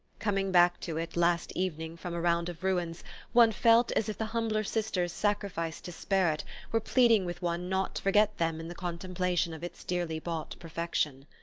coming back to it last evening from a round of ruins one felt as if the humbler sisters sacrificed to spare it were pleading with one not to forget them in the contemplation of its dearly-bought perfection.